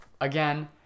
again